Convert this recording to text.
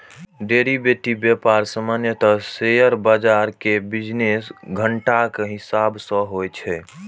derivative व्यापार सामान्यतः share बाजार के बिजनेस घंटाक हिसाब सं होइ छै